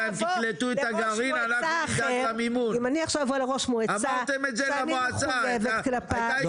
אבוא לראש מועצה אחר שאני מחויבת כלפיו?